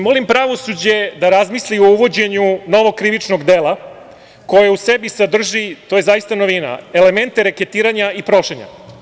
Molim pravosuđe da razmisli o uvođenju novog krivičnog dela koje u sebi sadrži, to je zaista novina, elemente reketiranja i prošenja.